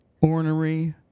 ornery